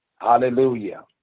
Hallelujah